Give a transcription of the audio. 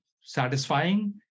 satisfying